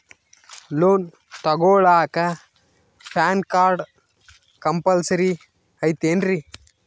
Loan ತೊಗೊಳ್ಳಾಕ PAN card compulsory ಐಯ್ತೇನ್ರಿ?